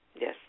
Yes